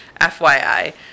FYI